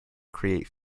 create